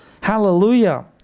Hallelujah